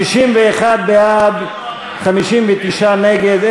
61 בעד, 59 נגד.